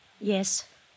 Yes